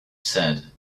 said